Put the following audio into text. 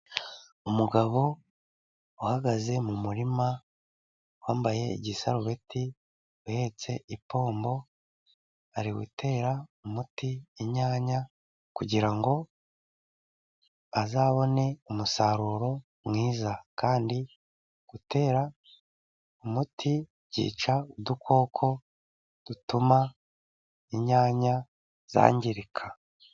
Umugabo uhagaze mu murima wambaye igisarubeti uhetse ipombo, ari gutera umuti inyanya kugira ngo azabone umusaruro mwiza, kandi gutera umuti byica udukoko dutuma inyanya zangirika.